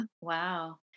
Wow